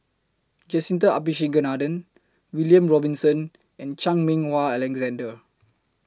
Jacintha Abisheganaden William Robinson and Chan Meng Wah Alexander